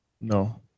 no